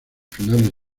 finales